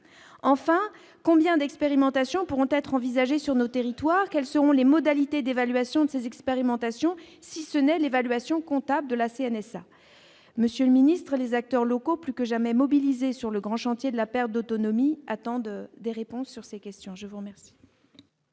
enfin combien d'expérimentation pourront être envisagées sur nos territoires, quels seront les modalités d'évaluation de ces expérimentations, si ce n'est l'évaluation comptable de la CNSA, monsieur le ministre, les acteurs locaux, plus que jamais mobilisés sur le grand chantier de la perte d'autonomie, attendent des réponses sur ces questions, je vous remercie.